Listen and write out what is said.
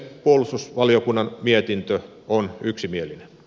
puolustusvaliokunnan mietintö on yksimielinen